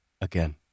Again